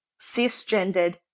cisgendered